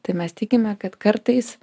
tai mes tikime kad kartais